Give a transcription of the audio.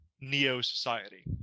neo-society